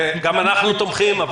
גם אנחנו תומכים.